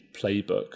playbook